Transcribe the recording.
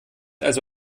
also